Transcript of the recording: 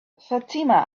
fatima